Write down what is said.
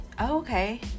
okay